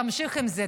תמשיך עם זה.